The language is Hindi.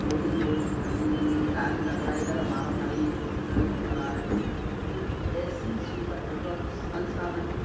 बुकिंग करने के लिए टाइम लग रहा है इधर हमारा मरीज घर पे पड़ा है तो ऐसी सुविधा उपलब्ध संसाधन